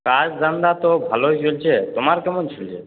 কাজ ধান্দা তো ভালোই চলছে তোমার কেমন চলছে